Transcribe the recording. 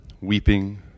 weeping